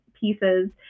pieces